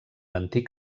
antic